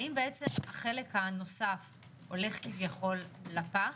האם החלק הנוסף הולך כביכול לפח?